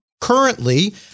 currently